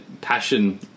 passion